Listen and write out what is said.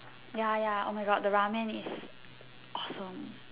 ya ya oh my God the Ramen is awesome